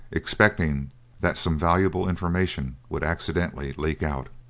expecting that some valuable information would accidentally leak out.